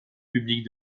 public